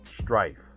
strife